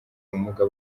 bumuga